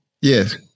Yes